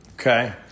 Okay